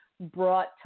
brought